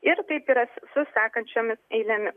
ir taip yra su sekančiomis eilėmis